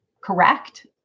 correct